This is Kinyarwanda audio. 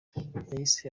yahise